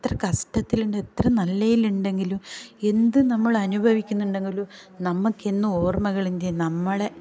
എത്ര കഷ്ടത്തിലുണ്ട് എത്ര നല്ലതിലുണ്ടങ്കിലും എന്ത് നമ്മളനുഭവിക്കുന്നുണ്ടെങ്കിലും നമുക്ക് ഇന്നും ഓർമ്മകളിൻറെ നമ്മളെ